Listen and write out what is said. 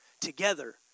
together